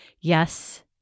Yes